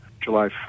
july